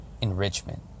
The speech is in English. enrichment